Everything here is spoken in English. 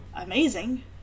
amazing